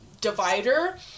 divider